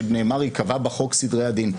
שנאמר: ייקבע בחוק סדרי הדין.